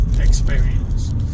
experience